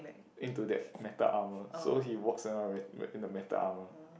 into that metal armour so he walks around with in a metal armour